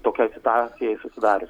tokiai situacijai susidarius